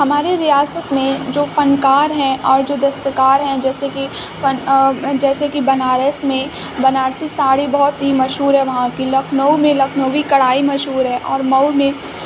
ہماری ریاست میں جو فنکار ہیں اور جو دستکار ہیں جیسے کہ فن جیسے کہ بنارس میں بنارسی ساڑی بہت ہی مشہور ہے وہاں کی لکھنؤ میں لکھنوی کڑھائی مشہور ہے اور مئو میں